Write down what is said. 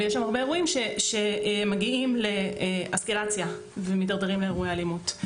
יש שם הרבה אירועים שמגיעים לאסקלציה ומתדרדרים לאירועי אלימות.